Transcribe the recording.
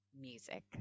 music